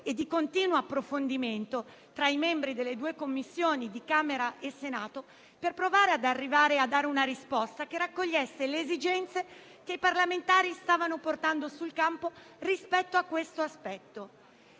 e di continuo approfondimento tra i membri delle due Commissioni di Camera e Senato per provare ad arrivare a dare una risposta che raccogliesse le esigenze che i parlamentari stavano portando sul campo rispetto a questo aspetto